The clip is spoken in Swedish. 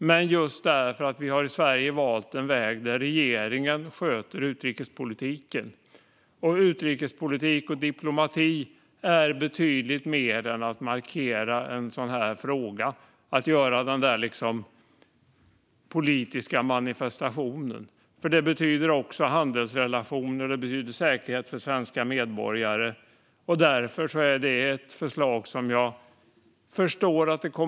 Men i Sverige har vi valt en väg där regeringen sköter utrikespolitiken. Och utrikespolitik och diplomati är betydligt mer än att markera i en sådan fråga, än att göra en politisk manifestation. Det handlar också om handelsrelationer och säkerhet för svenska medborgare. Det är ett förslag som jag förstår kommer upp.